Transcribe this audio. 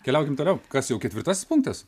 keliaukim toliau kas jau ketvirtasis punktas